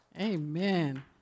Amen